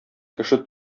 кеше